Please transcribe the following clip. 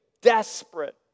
desperate